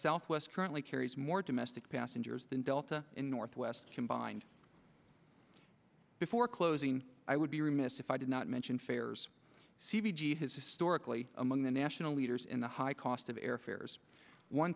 southwest currently carries more domestic passengers than delta and northwest combined before closing i would be remiss if i did not mention fares c g has historically among the national leaders in the high cost of air fares one